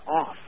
off